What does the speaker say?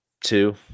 two